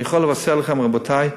אני יכול לבשר לכם, רבותי: